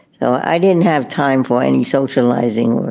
so i didn't have time for any socializing